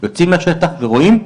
אז יוצאים לשטח ורואים.